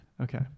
Okay